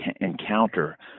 encounter